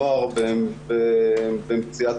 בני נוער שנפלטים מהבית אל הרחוב ומגיעים